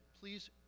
please